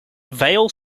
vale